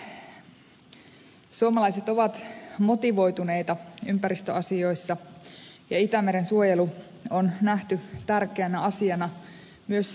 suomalaiset ovat motivoituneita ympäristöasioissa ja itämeren suojelu on nähty tärkeänä asiana myös sisämaassa